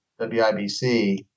WIBC